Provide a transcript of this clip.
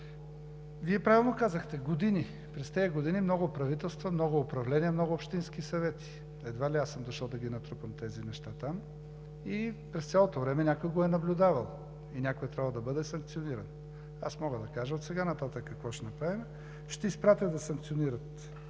Вие правилно казахте „години“ – през тези години много правителства, много управления, много общински съвети. Едва ли аз съм дошъл да ги натрупам тези неща там. През цялото време някой го е наблюдавал и някой е трябвало да бъде санкциониран. Мога да кажа отсега нататък какво ще направим. Ще изпратя да санкционират